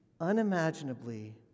unimaginably